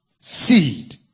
seed